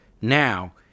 now